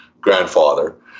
grandfather